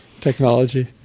technology